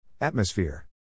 Atmosphere